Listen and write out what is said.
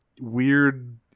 weird